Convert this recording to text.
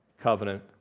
covenant